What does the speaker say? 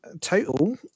Total